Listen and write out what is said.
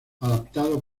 adaptado